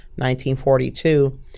1942